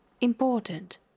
important